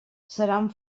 seran